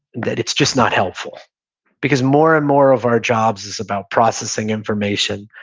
that it's just not helpful because more and more of our jobs is about processing information,